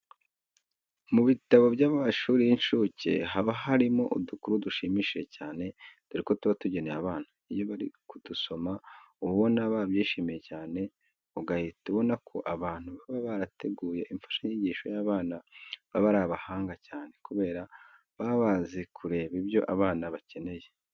Mu bitabo by'amashuri y'incuke haba harimo udukuru dushimishije cyane, dore ko tuba tugenewe abana. Iyo bari kudusoma uba ubona babyishimiye cyane ugahita ubona ko abantu baba barateguye imfashanyigisho y'abana baba ari abahanga cyane kubera baba bazi kureba ibyo abana bakeneye.